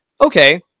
okay